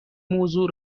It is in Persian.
موضوع